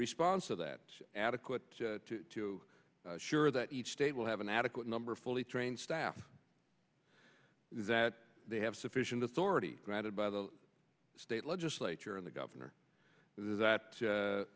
response to that adequate to sure that each state will have an adequate number of fully train staff that they have sufficient authority granted by the state legislature and the governor that